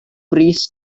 bris